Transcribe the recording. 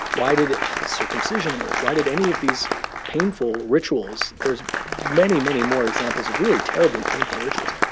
why did circumcision emerge? why did any of these painful rituals there's many, many more examples of really terribly painful rituals.